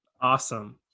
Awesome